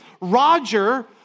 Roger